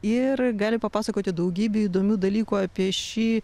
ir gali papasakoti daugybę įdomių dalykų apie šį